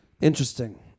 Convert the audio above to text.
Interesting